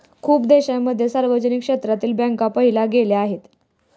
खूप देशांमध्ये सार्वजनिक क्षेत्रातील बँका पाहिल्या गेल्या आहेत